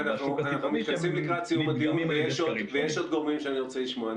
יש עוד גורמים שאני רוצה לשמוע.